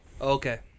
Okay